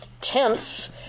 tents